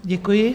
Děkuji.